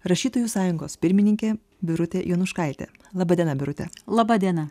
rašytojų sąjungos pirmininkė birutė jonuškaitė laba diena birute laba diena